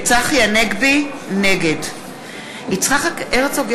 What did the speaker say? הנגבי, נגד יצחק הרצוג,